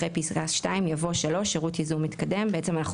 אחרי פסקה (2) יבוא: " (3) שירות ייזום מתקדם,"; בעצם אנחנו